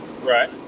Right